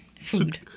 food